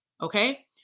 Okay